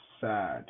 SAD